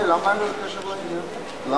בבקשה,